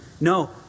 No